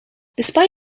despite